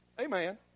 Amen